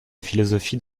philosophie